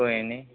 कोई निं